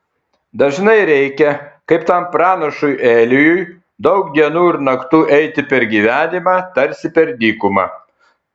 dažnai reikia kaip tam pranašui elijui daug dienų ir naktų eiti per gyvenimą tarsi per dykumą